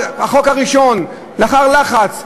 החוק הראשון, לאחר לחץ,